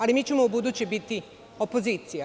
Ali, mi ćemo ubuduće biti opozicija.